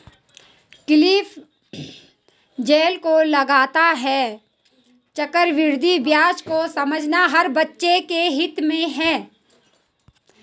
Cliff Zale को लगता है चक्रवृद्धि ब्याज को समझना हर बच्चे के हित में है